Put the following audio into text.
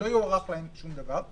לא יוארך להם שום דבר.